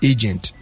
Agent